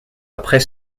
après